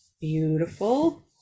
Beautiful